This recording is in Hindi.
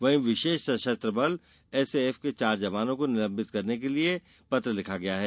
वहीं विशेष सशस्त्र बल एसएएफ के चार जवानों को निलंबित करने के लिए पत्र लिखा गया है